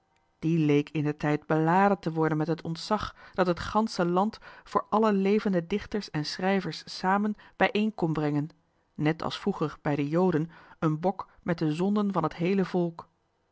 die leek indertijd te moeten beladen worden met het ontzag dat heel het land voor alle levende dichters en schrijvers samen bij elkaar kon brengen net als vroeger bij de joden een bok met de zonden van t gansche volk